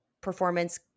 performance –